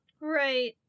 Right